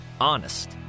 honest